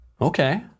Okay